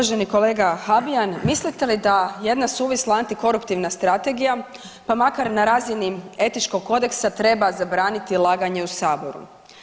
Uvaženi kolega Habijan, mislite li da jedna suvisla antikoruptivna strategija pa makar na razini etičkog kodeksa treba zabraniti laganje u Saboru?